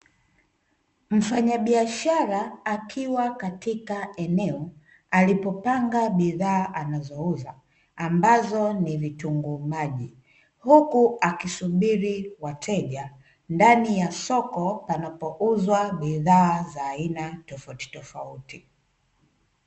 Mfanyabiashara akiwa katika eneo alipopanga bidhaa anazouza ambazo ni vitunguu maji, huku akisubiri wateja ndani ya soko panapouzwa bidhaa za aina tofautitofauti.